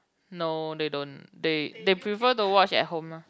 no they don't they they prefer to watch at home ah